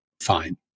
fine